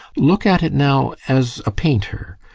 look at it now as a painter,